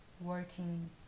working